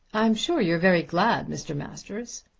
i'm sure you're very glad, mr. masters.